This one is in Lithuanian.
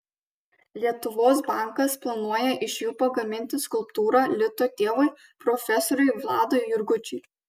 lietuvos bankas planuoja iš jų pagaminti skulptūrą lito tėvui profesoriui vladui jurgučiui